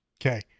Okay